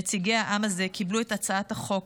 נציגי העם הזה קיבלו את הצעת החוק.